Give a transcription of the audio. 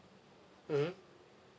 mmhmm